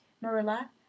Marilla